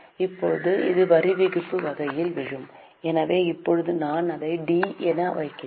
இப்போது இது வரிவிதிப்பு வகைகளில் விழும் எனவே இப்போது நான் அதை டி என வைக்கிறேன்